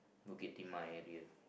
Bukit-Timah area